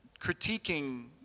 critiquing